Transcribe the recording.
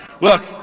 Look